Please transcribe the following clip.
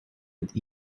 with